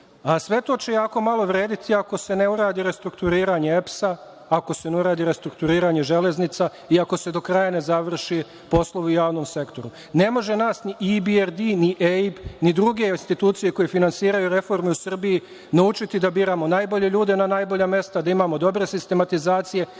sve to će jako malo vredeti ako ne uradi restrukturiranje EPS-a, ako se ne uradi restrukturiranje „Železnica“ i ako se do kraja ne završe poslovi u javnom sektoru. Ne mogu nas ni EBRD ni EIB ni druge institucije koje finansiraju reforme u Srbiji naučiti da biramo najbolje ljude na najbolja mesta, da imamo dobre sistematizacije,